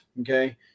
okay